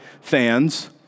fans